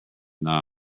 not